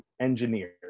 engineer